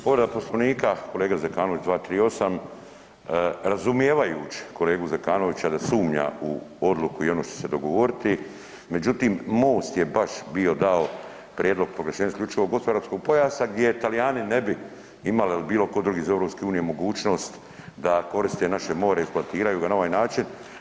Povreda Poslovnika kolega Zekanović 238., razumijevajući kolegu Zekanovića da sumnja u odluku i ono što će se dogovoriti međutim MOST je baš bio dao prijedlog proglašenja isključivog gospodarskog pojasa gdje Talijani ne bi imali ili bilo tko drugi iz EU mogućnost da koriste naše more, eksploatiraju ga na ovaj način.